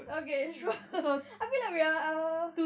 okay sure I feel like we are